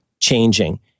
changing